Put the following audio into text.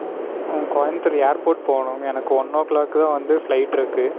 Coimbatore airport போகணும் எனக்கு one o'clock தான் வந்து ஃப்ளைட் இருக்கு